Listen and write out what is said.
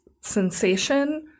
sensation